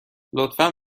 لطفا